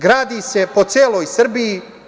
Gradi se po celoj Srbiji.